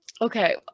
okay